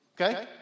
Okay